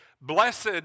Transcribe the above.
Blessed